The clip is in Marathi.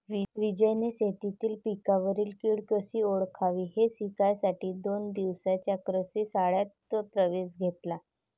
विजयने शेतीतील पिकांवरील कीड कशी ओळखावी हे शिकण्यासाठी दोन दिवसांच्या कृषी कार्यशाळेत प्रवेश घेतला